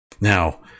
Now